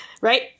Right